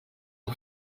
amb